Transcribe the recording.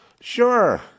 Sure